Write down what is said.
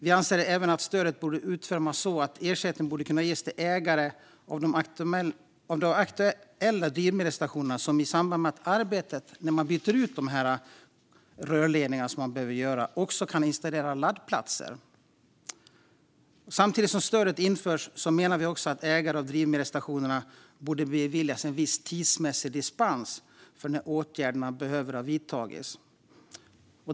Vi anser även att stödet borde utformas så att ersättning kan ges till ägare av de aktuella drivmedelsstationerna, så att de i samband med arbetet att byta ut de rörledningar som måste bytas ut också kan installera laddplatser. Vi menar att ägare av drivmedelsstationer samtidigt som stödet införs borde beviljas en viss tidsmässig dispens i fråga om när åtgärderna behöver vidtas.